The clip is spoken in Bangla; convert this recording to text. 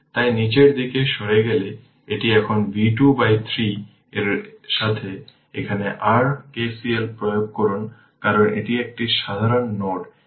তাই নিচের দিকে সরে গেলে এটি এখন v 2 by 3 এর সাথে এখানে r K C L প্রয়োগ করুন কারণ এটি একটি সাধারণ নোড এখানে K C L প্রয়োগ করুন